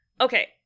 okay